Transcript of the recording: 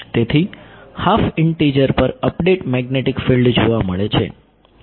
તેથી half integer પર updated magnetic field જોવા મળે છે